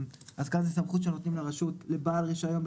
אז כאן זו סמכות שנותנת הרשות לבעל רישיון,